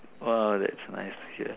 !wow! that's nice to hear